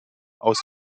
aus